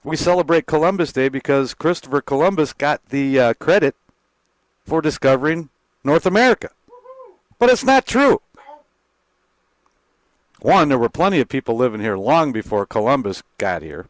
we celebrate columbus day because christopher columbus got the credit for discovering north america but it's not true when there were plenty of people living here long before columbus got here